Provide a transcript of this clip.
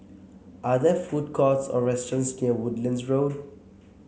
are there food courts or restaurants near Woodlands Road